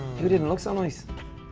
who didn't look so nice?